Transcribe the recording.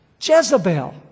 Jezebel